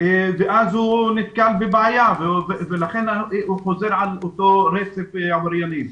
ואז הוא נתקל בבעיה ולכן הוא חוזר לאותו רצף עברייני.